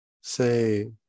say